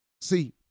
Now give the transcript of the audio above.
See